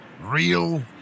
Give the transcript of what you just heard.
real